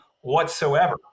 whatsoever